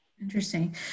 Interesting